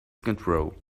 control